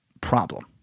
problem